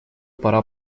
пора